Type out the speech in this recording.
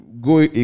go